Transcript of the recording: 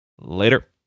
later